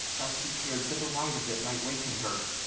but he feared the delight of it might waken her,